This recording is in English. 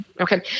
Okay